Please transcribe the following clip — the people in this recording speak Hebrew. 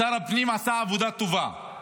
שר הפנים עשה עבודה טובה,